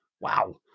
Wow